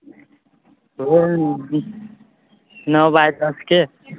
room नओ बाय दसके